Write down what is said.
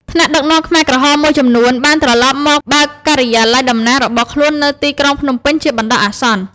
ថ្នាក់ដឹកនាំខ្មែរក្រហមមួយចំនួនបានត្រឡប់មកបើកការិយាល័យតំណាងរបស់ខ្លួននៅទីក្រុងភ្នំពេញជាបណ្ដោះអាសន្ន។